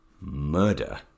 Murder